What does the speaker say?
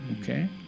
Okay